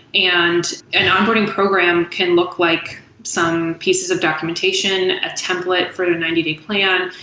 and an onboarding program can look like some pieces of documentation, a template for a ninety day plan,